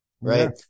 right